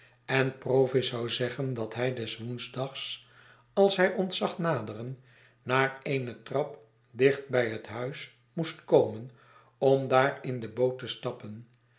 en provis zou zeggen dat hij des woensdags als hij ons zag naderen naar eene trap dicht bij het huis moest komen om daar in de boot te stappen